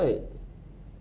asal tak boleh